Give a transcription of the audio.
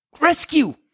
rescue